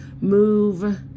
move